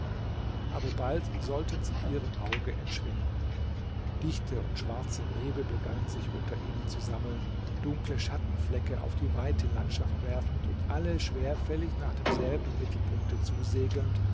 aber bald sollten sie ihrem auge entschwinden dichte und schwarze nebel begannen sich unter ihnen zu sammeln dunkle schattenflecke auf die weite landschaft werfend und alle schwerfällig nach demselben mittelpunkte zusegelnd